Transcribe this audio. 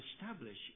establish